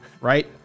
right